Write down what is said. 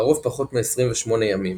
לרוב פחות מ-28 ימים